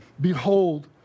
Behold